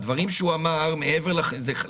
הדברים שהוא אמר, מעבר שהם